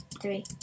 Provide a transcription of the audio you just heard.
three